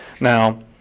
Now